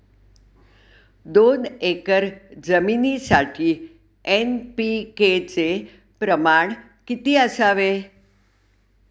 दोन एकर जमीनीसाठी एन.पी.के चे प्रमाण किती असावे?